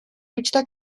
reached